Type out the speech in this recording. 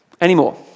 anymore